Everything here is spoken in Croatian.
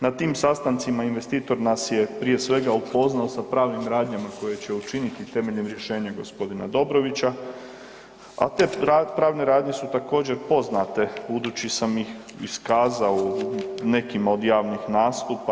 Na tim sastancima investitor nas je prije svega upoznao sa pravnim radnjama koje će učiniti temeljem rješenja gospodina Dobrovića, a te pravne radnje su također poznate budući sam ih iskazao u nekima od javnih nastupa.